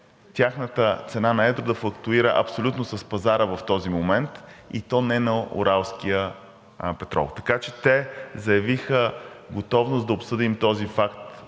тяхната цена на едро да флуктуира абсолютно с пазара в този момент, и то не на уралския петрол, така че те заявиха готовност да обсъдим този факт